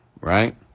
right